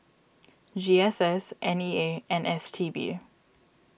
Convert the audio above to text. G S S N E A and S T B